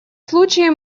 случае